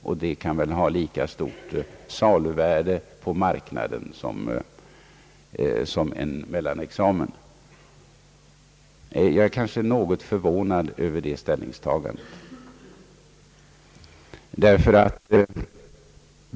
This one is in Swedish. Detta kan väl ha lika stort saluvärde på marknaden som en mellanexamen. Jag är något förvånad över detta ställningstagande.